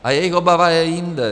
A jejich obava je jinde.